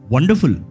Wonderful